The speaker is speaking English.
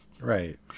Right